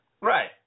Right